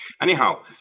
Anyhow